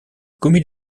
commis